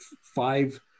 five